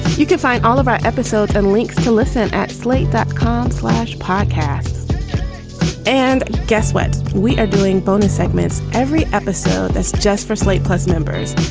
you can find all of our episodes and links to listen at slate dot com slash podcasts and guess what we are doing? bonus segments. every episode that's just for slate plus members.